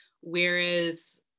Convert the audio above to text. Whereas